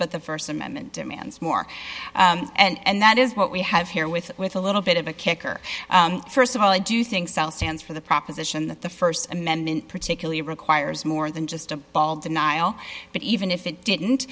but the st amendment demands more and that is what we have here with with a little bit of a kicker st of all i do think south stands for the proposition that the st amendment particularly requires more than just a bald denial but even if it didn't